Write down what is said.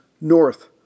north